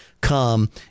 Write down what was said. come